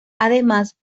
además